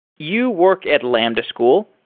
you work at lambda school,